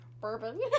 Bourbon